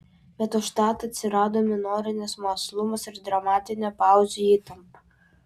bet užtat atsirado minorinis mąslumas ir dramatinė pauzių įtampa